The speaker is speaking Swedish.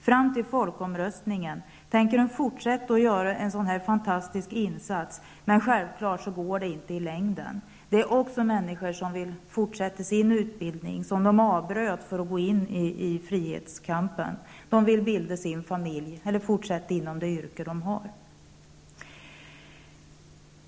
Fram till folkomröstningen tänker man fortsätta att göra denna fantastiska insats, men självklart går det inte i längden. Dessa människor vill också kunna fortsätta sin utbildning som de avbröt för att gå in i frihetskampen. De vill bilda familj eller fortsätta inom det yrke som de har.